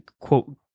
quote